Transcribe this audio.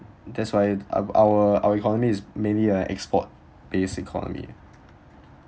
that's why ou~ our our economy is mainly a export based economy